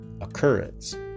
occurrence